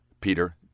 Peter